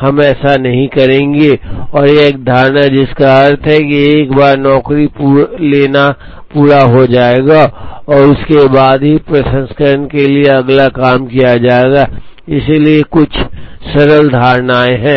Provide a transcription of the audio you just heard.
हम ऐसा नहीं करेंगे और यह एक धारणा है जिसका अर्थ है एक बार नौकरी लेना पूरा हो जाएगा और उसके बाद ही प्रसंस्करण के लिए अगला काम किया जाएगा इसलिए ये कुछ सरल धारणाएं हैं